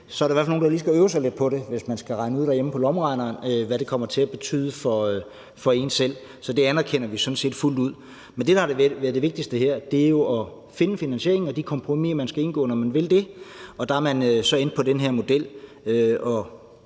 så er der i hvert fald nogle, der lige skal øve sig lidt på det, hvis man skal regne ud derhjemme på lommeregneren, hvad det kommer til at betyde for en selv. Så det anerkender vi sådan set fuldt ud. Men det, der har været det vigtigste her, er jo at finde finansieringen og de kompromiser, man skal indgå, når man vil det, og der er man så endt på den her model.